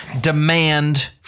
demand